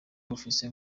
bufise